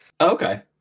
Okay